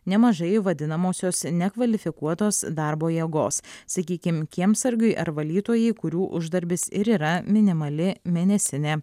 nemažai vadinamosios nekvalifikuotos darbo jėgos sakykim kiemsargiui ar valytojai kurių uždarbis ir yra minimali mėnesinė